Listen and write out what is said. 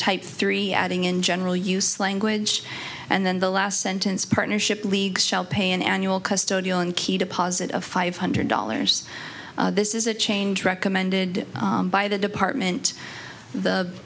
type three adding in general use language and then the last sentence partnership league shall pay an annual custody and key deposit of five hundred dollars this is a change recommended by the department the